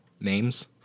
names